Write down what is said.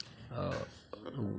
आ